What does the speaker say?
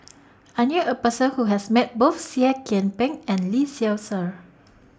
I knew A Person Who has Met Both Seah Kian Peng and Lee Seow Ser